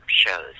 shows